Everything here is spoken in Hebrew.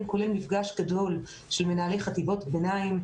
כולל מפגש גדול של מנהלי חטיבות ביניים.